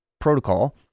protocol